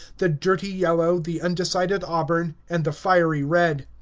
the dirty yellow, the undecided auburn, and the fiery red.